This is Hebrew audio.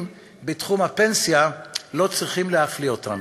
בתחום הפנסיה לא צריכים להפליא אותנו.